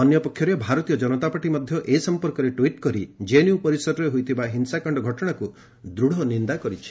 ଅନ୍ୟପକ୍ଷରେ ଭାରତୀୟ ଜନତା ପାର୍ଟି ମଧ୍ୟ ଏ ସଫପର୍କରେ ଟିଟ୍ କରି ଜେଏନୟୁ ପରିସରରେ ହୋଇଥିବା ହିଂସା ଘଟଣାକୁ ଦୂଢ଼ ନିନ୍ଦା କରିଛି